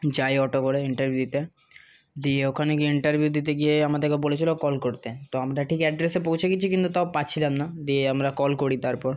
যাই অটো করে ইন্টারভিউতে দিয়ে ওখানে গিয়ে ইন্টারভিউ দিতে গিয়ে আমাদেরকে বলেছিল কল করতে তো আমরা ঠিক অ্যাড্রেসে পৌঁছে গেছি কিন্তু তাও পাচ্ছিলাম না দিয়ে আমরা কল করি তারপর